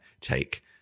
take